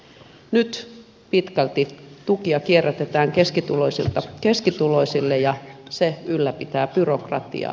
nyt pitkälti tukia kierrätetään keskituloisilta keskituloisille ja se ylläpitää byrokratiaa